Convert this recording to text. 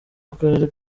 akarere